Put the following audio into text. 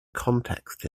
context